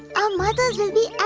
our mothers will be